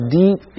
deep